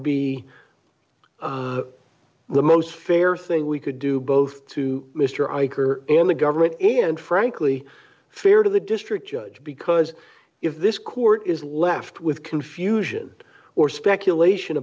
be the most fair thing we could do both to mr iger and the government and frankly fair to the district judge because if this court is left with confusion or speculation